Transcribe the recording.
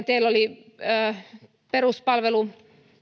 teillä sdpllä oli peruspalveluministeri